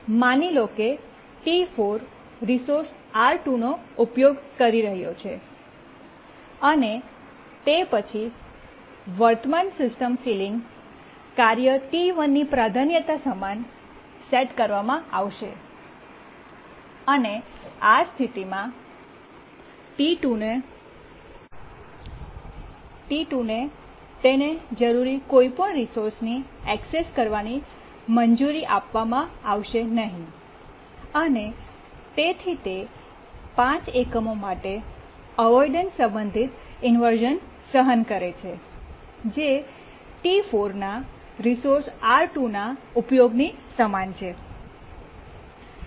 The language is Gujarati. માની લો કે ટી4 રિસોર્સ R2 નો ઉપયોગ કરી રહ્યો છે અને તે પછી વર્તમાન સિસ્ટમ સીલીંગ કાર્ય ટી1 ની પ્રાધાન્યતા સમાન સેટ કરવામાં આવશે અને આ સ્થિતિમાં ટી2 ને તેને જરૂરી કોઈપણ રિસોર્સને એક્સેસની કરવાની મંજૂરી આપવામાં આવશે નહીં અને તેથી તે 5 એકમો માટે અવોઇડન્સ સંબંધિત ઇન્વર્શ઼ન સહન કરે છે જે ટી4ના રિસોર્સ R2ના ઉપયોગની સમાન છે